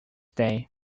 day